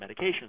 medications